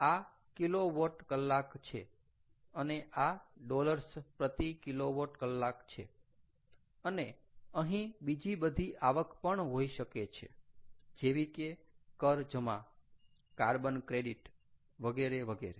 આ કિલોવોટ કલાક છે અને આ ડોલર્સ પ્રતિ કિલોવોટ કલાક છે અને અહીં બીજી બધી આવક પણ હોઈ શકે છે જેવી કે કર જમા કાર્બન ક્રેડિટ વગેરે વગેરે